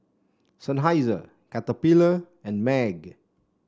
Seinheiser Caterpillar and MAG